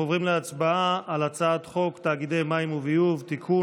אנחנו עוברים להצבעה על הצעת חוק תאגידי מים וביוב (תיקון,